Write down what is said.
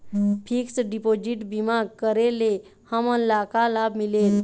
Fix deposit बीमा करे ले हमनला का लाभ मिलेल?